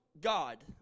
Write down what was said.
God